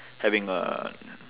having a